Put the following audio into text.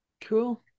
cool